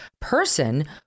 person